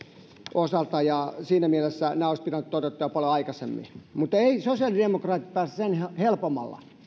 osalta ja siinä mielessä nämä olisi pitänyt toteuttaa jo paljon aikaisemmin mutta eivät sosiaalidemokraatit pääse sen helpommalla